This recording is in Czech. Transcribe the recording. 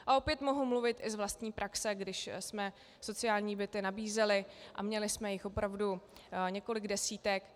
A opět mohu mluvit i z vlastní praxe, když jsme sociální byty nabízeli, a měli jsme jich opravdu několik desítek.